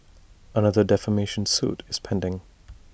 another defamation suit is pending